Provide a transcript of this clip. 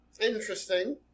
Interesting